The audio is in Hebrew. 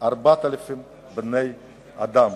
4,000 בני-אדם.